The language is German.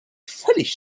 völlig